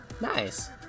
Nice